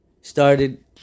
started